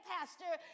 Pastor